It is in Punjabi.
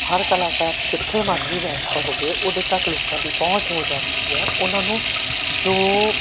ਹਰ ਕਲਾਕਾਰ ਜਿੱਥੇ ਮਰਜ਼ੀ ਬੈਠਾ ਹੋਵੇ ਉਹਦੇ ਤੱਕ ਲੋਕਾਂ ਦੀ ਪਹੁੰਚ ਹੋ ਜਾਂਦੀ ਹੈ ਉਹਨਾਂ ਨੂੰ ਜੋ